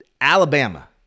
Alabama